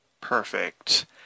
Perfect